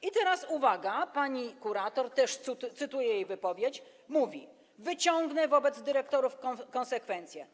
I teraz, uwaga, pani kurator, też cytuję jej wypowiedź, mówi: Wyciągnę wobec dyrektorów konsekwencje.